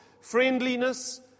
friendliness